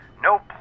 no